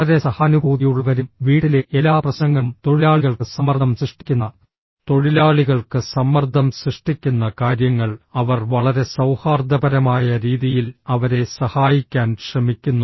വളരെ സഹാനുഭൂതിയുള്ളവരും വീട്ടിലെ എല്ലാ പ്രശ്നങ്ങളും തൊഴിലാളികൾക്ക് സമ്മർദ്ദം സൃഷ്ടിക്കുന്ന തൊഴിലാളികൾക്ക് സമ്മർദ്ദം സൃഷ്ടിക്കുന്ന കാര്യങ്ങൾ അവർ വളരെ സൌഹാർദ്ദപരമായ രീതിയിൽ അവരെ സഹായിക്കാൻ ശ്രമിക്കുന്നു